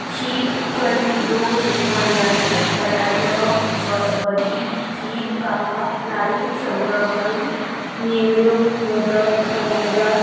शीत कडी रोस मणगणें बटाट वडो भजीं खीर कापां लाडू शंकरपाळी नेवऱ्यो मोदक पंचकाद्य